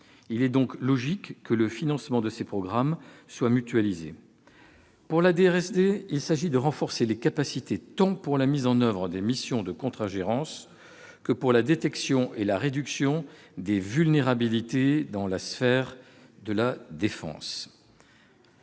Il est donc logique que le financement de ces programmes soit mutualisé. Pour la DRSD, l'enjeu est de renforcer les capacités, tant pour la mise en oeuvre des missions de contre-ingérence que pour la détection et la réduction des vulnérabilités dans le secteur de la défense.